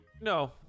no